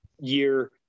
year